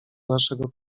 naszego